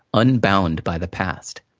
unbound by the past.